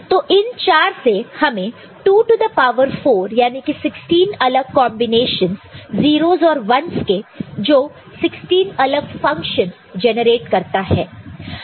तो इन चार से हमें 2 टू द पावर 4 यानी कि 16 अलग कॉन्बिनेशनस 0's और 1's के जो 16 अलग फंक्शनस जनरेट करता है